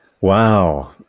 Wow